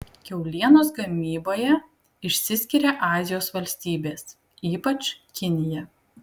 kiaulienos gamyboje išsiskiria azijos valstybės ypač kinija